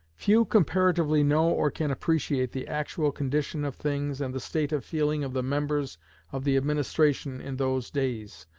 few comparatively know or can appreciate the actual condition of things and the state of feeling of the members of the administration in those days,